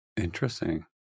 Interesting